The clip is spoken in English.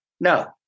No